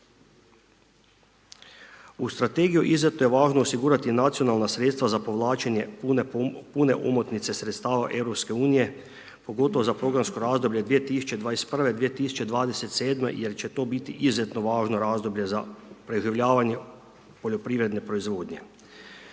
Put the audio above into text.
U strategiju izuzetno je važno osigurati nacionalna sredstva za povlačenje pune omotnice sredstava EU, pogotovo za …/Govornik se ne razumije/…razdoblje 2021.-ve, 2027.-me jer će to biti izuzetno važno razdoblje za preživljavanje poljoprivredne proizvodnje.